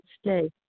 stay